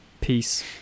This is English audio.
Peace